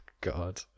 god